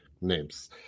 names